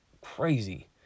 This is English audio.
crazy